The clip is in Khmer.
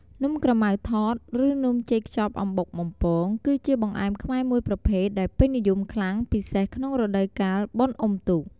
នំក្រម៉ៅថត ឬនំចេកខ្ចប់អំបុកបំពង គឺជាបង្អែមខ្មែរមួយប្រភេទដែលពេញនិយមខ្លាំង ពិសេសក្នុងរដូវកាលបុណ្យអុំទូក។